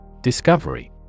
Discovery